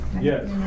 Yes